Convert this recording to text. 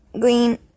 green